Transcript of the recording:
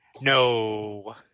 No